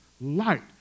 light